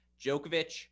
Djokovic